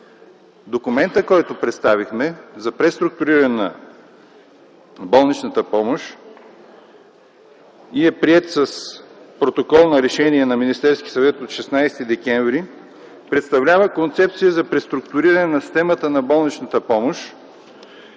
документът, който представихме за преструктуриране на болничната помощ и е приет с Протоколно решение на Министерския съвет от 16 декември 2009 г., представлява концепция за преструктуриране на системата на болничната помощ